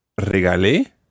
regalé